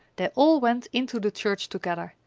they all went into the church together,